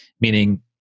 meaning